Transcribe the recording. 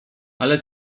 ale